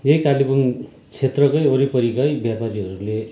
यहीँ कालिम्पोङ क्षेत्रका वरिपरिकै व्यापारीहरूले